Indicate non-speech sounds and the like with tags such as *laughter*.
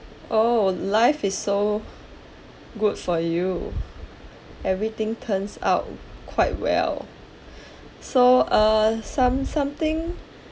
oh life is so good for you everything turns out quite well *breath* so uh some something